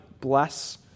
bless